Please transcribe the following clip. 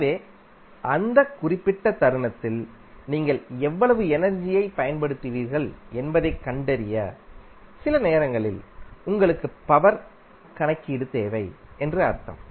எனவே அந்த குறிப்பிட்ட தருணத்தில் நீங்கள் எவ்வளவு எனர்ஜியைப் பயன்படுத்தினீர்கள் என்பதைக் கண்டறிய சில நேரங்களில் உங்களுக்கு பவர் கணக்கீடு தேவை என்று அர்த்தம்